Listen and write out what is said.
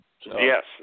Yes